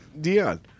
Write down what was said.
Dion